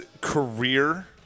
career